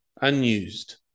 unused